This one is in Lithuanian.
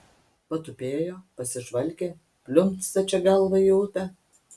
patupėjo pasižvalgė pliumpt stačia galva į upę